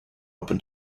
open